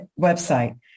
website